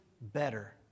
better